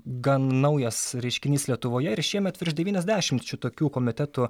gan naujas reiškinys lietuvoje ir šiemet virš devyniasdešimt šitokių komitetų